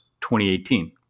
2018